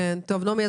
נעמי,